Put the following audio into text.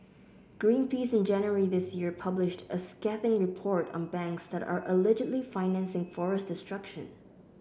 Green Peace in January this year published a scathing report on banks that are allegedly financing forest destruction